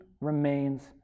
remains